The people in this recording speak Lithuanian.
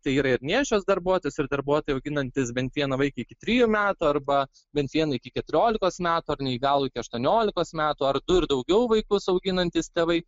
tai yra ir nėščios darbuotojos ir darbuotojai auginantys bent vieną vaiką iki trijų metų arba bent vieną iki keturiolikos metų ar neįgalų iki aštuoniolikos metų ar du ir daugiau vaikus auginantys tėvai